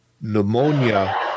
pneumonia